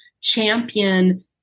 champion